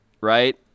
right